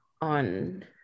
on